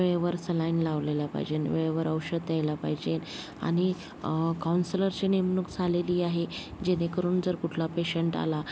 वेळेवर सलाईन लावलेला पाहिजे वेळेवर औषध द्यायला पाहिजे आणि कौन्सिलरची नेमणूक झालेली आहे जेणेकरून जर कुठला पेशंट आला